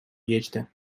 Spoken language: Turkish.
geçti